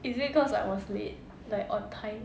is it cause I was late like on time